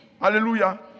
Hallelujah